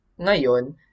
ngayon